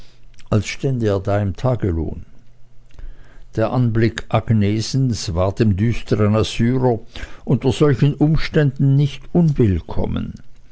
als stände er da tagelohn der anblick agnesens war dem düstern assyrer unter solchen umständen nicht unwillkommen